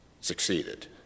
succeeded